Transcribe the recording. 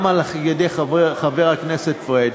גם על-ידי חבר הכנסת פריג',